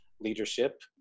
leadership